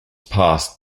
passed